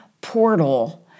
portal